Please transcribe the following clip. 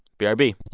b r b